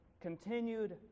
continued